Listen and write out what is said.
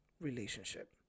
relationship